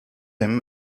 him